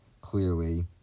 clearly